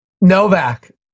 Novak